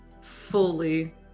Fully